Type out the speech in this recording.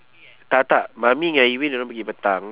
tak tak mummy ngan erwin diorang pergi petang